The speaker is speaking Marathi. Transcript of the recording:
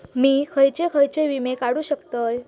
मी खयचे खयचे विमे काढू शकतय?